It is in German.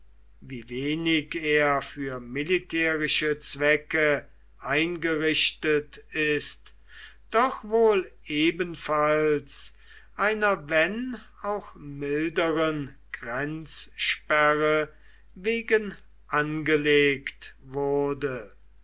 wie wenig er für militärische zwecke eingerichtet ist doch wohl ebenfalls einer wenn auch milderen grenzsperre wegen angelegt wurde